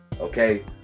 Okay